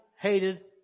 hated